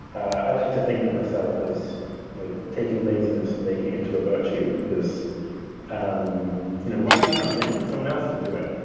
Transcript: i like to think of myself as you know taking laziness and making it into a virtue because um you know why do something when someone else could do it?